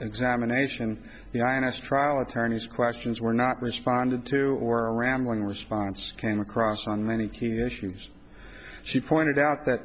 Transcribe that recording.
examination the ins trial attorneys questions were not responded to or a rambling response came across on many key issues she pointed out that